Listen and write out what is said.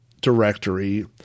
directory –